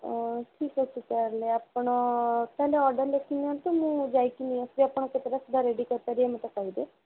ଠିକ୍ ଅଛି ତା'ହେଲେ ଆପଣ ତା'ହେଲେ ଅର୍ଡ଼ର ଲେଖିନିଅନ୍ତୁ ମୁଁ ଯାଇକି ନେଇଆସିବି ଆପଣ କେତେଟା ସୁଦ୍ଧା ରେଡ଼ି କରିପାରିବେ ମୋତେ କହିବେ